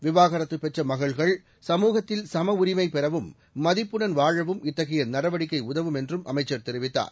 விவாகரத்துப் பெற்ற மகள்கள் சமூகத்தில் சமஉரிமை பெறவும் மதிப்புடன் வாழவும் இத்தகைய நடவடிக்கை உதவும் என்றும் அமைச்சர் தெரிவித்தார்